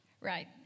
Right